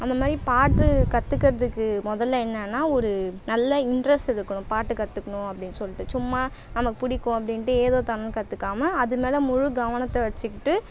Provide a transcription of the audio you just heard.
அந்த மாதிரி பாட்டு கற்றுக்கறதுக்கு முதல்ல என்னான்னா ஒரு நல்ல இன்ட்ரெஸ்ட் இருக்கணும் பாட்டு கற்றுக்கணும் அப்படின்னு சொல்லிட்டு சும்மா நமக்கு பிடிக்கும் அப்படின்ட்டு ஏதோ தானோனு கற்றுக்காம அது மேல முழு கவனத்தை வச்சிக்கிட்டு